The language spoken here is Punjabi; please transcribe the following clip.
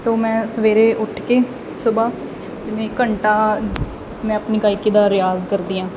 ਤੋ ਮੈਂ ਸਵੇਰੇ ਉੱਠ ਕੇ ਸੁਬਹਾ ਜਿਵੇਂ ਘੰਟਾ ਮੈਂ ਆਪਣੀ ਗਾਇਕੀ ਦਾ ਰਿਆਜ਼ ਕਰਦੀ ਹਾਂ